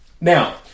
Now